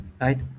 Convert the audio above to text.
right